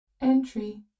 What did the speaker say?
Entry